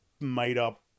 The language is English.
made-up